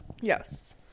Yes